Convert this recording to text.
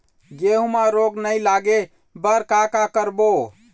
गेहूं म रोग नई लागे बर का का करबो?